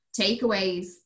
takeaways